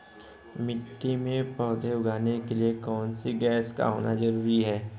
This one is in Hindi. मिट्टी में पौधे उगाने के लिए कौन सी गैस का होना जरूरी है?